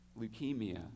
leukemia